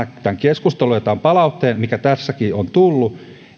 tämän keskustelun ja tämän palautteen mikä tässäkin on tullut